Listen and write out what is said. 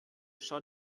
schau